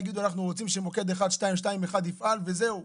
הם יגידו שהם רוצים שמוקד 1221 יפעל וזהו,